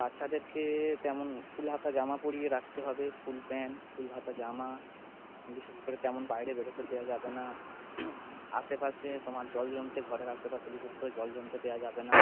বাচ্ছাদেরকে তেমন ফুল হাতা জামা পরিয়ে রাখতে হবে ফুল প্যান্ট ফুল হাতা জামা বিশেষ তেমন বাইরে বেরোতে দেওয়া যাবে না আশেপাশে তোমার জল জমতে ঘরের আশেপাশে বিশেষ করে জল জমতে দেওয়া যাবে না